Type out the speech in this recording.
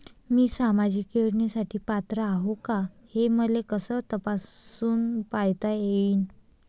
मी सामाजिक योजनेसाठी पात्र आहो का, हे मले कस तपासून पायता येईन?